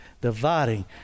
dividing